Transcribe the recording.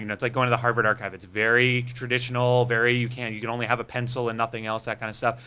you know it's like going to the harvard archival, it's very traditional, very, you can't, you can only have a pencil and nothing else, that kinda stuff,